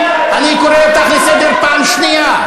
אני קורא אותך לסדר בפעם שנייה.